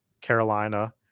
Carolina